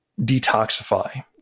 detoxify